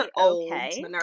okay